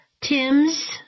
Tim's